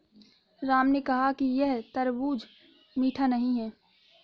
राम ने कहा कि यह तरबूज़ मीठा नहीं है